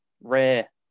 rare